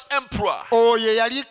emperor